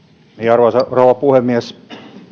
arvoisa rouva puhemies